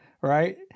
right